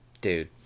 Dude